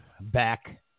back